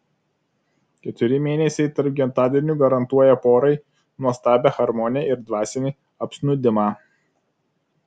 keturi mėnesiai tarp gimtadienių garantuoja porai nuostabią harmoniją ir dvasinį apsnūdimą